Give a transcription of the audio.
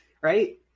right